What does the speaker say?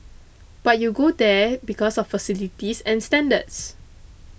but you go there because of facilities and standards